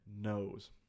knows